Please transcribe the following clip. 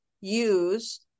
use